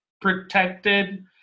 protected